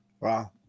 Wow